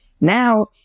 Now